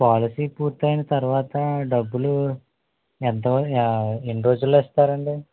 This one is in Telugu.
పాలసీ పూర్తయిన తర్వాతా డబ్బులూ ఎంత ఆ ఎన్నిరోజుల్లో ఇస్తారండి